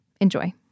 Enjoy